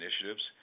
initiatives